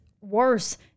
worse